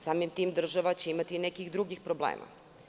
Samim tim država će imati nekih drugih problema.